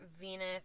Venus